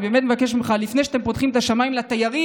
אני באמת מבקש ממך: לפני שאתם פותחים את השמיים לתיירים,